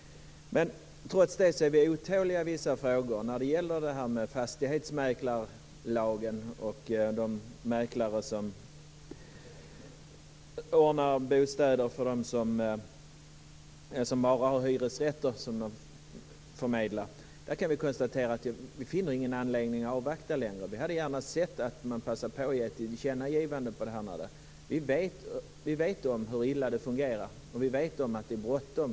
Trots det är vi otåliga i vissa frågor som gäller fastighetsmäklarlagen och de mäklare som ordnar bostäder som bara består av hyresrätter. Vi finner inte längre någon anledning att avvakta. Vi hade gärna sett att man hade passat på att göra ett tillkännagivande om detta. Vi vet hur illa det fungerar och att det är bråttom.